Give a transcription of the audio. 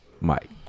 Mike